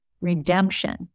redemption